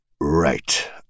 Right